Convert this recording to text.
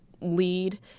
lead